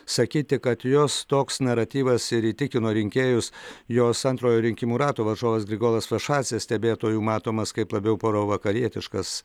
sakyti kad jos toks naratyvas ir įtikino rinkėjus jos antrojo rinkimų rato varžovas grigolas vašadzė stebėtojų matomas kaip labiau provakarietiškas